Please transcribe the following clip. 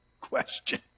question